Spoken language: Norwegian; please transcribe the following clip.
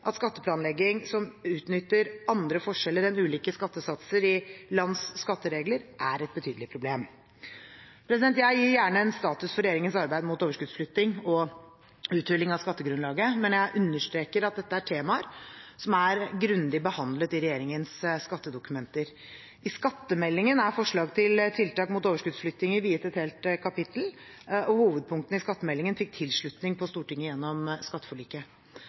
at skatteplanlegging som utnytter andre forskjeller enn ulike skattesatser i lands skatteregler, er et betydelig problem. Jeg gir gjerne en status for regjeringens arbeid mot overskuddsflytting og uthuling av skattegrunnlaget, men jeg understreker at dette er temaer som er grundig behandlet i regjeringens skattedokumenter. I skattemeldingen er forslag til tiltak mot overskuddsflyttinger viet et helt kapittel, og hovedpunktene i skattemeldingen fikk tilslutning på Stortinget gjennom skatteforliket.